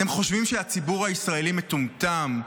אתם חושבים שהציבור הישראלי מטומטם?